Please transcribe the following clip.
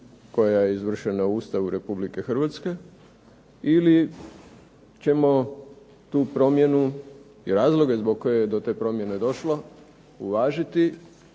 koja je izvršena u Ustavu Republike Hrvatske ili ćemo tu promjenu i razloge zbog kojih je do te promjene došlo uvažiti